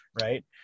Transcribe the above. right